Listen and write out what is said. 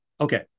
Okay